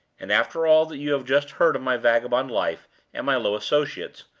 and, after all that you have just heard of my vagabond life and my low associates,